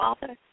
Father